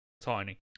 Tiny